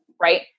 Right